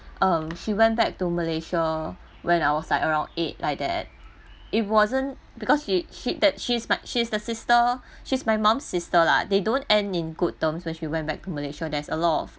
um she went back to malaysia when I was like around eight like that it wasn't because she she shifted she my she is the sister she's my mom sister lah they don't end in good terms when she went back to malaysia there's a lot of